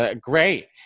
Great